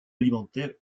alimentaires